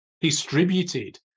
distributed